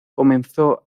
comenzó